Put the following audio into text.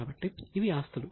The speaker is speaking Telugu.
కాబట్టి ఇవి ఆస్తులు